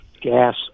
gas